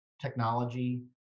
technology